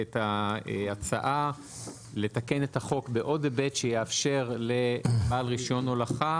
את ההצעה לתקן את החוק בעוד היבט שיאפשר לבעל רישיון הולכה